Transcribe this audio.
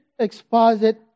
exposit